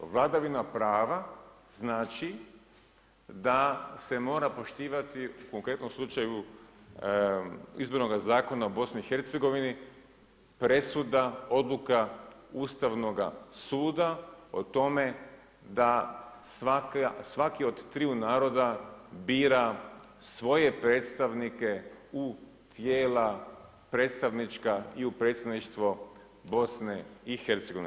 Vladavina prava znači da se mora poštivati u konkretnom slučaju izbornoga zakona u BiH presuda, odluka Ustavnoga suda o tome da svaki od triju naroda bira svoje predstavnike u tijela predstavnička i u predsjedništvo BiH.